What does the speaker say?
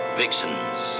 vixens